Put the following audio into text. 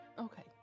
Okay